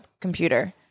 computer